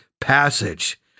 passage